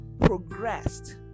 progressed